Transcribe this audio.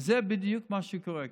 וזה בדיוק מה שקורה כאן.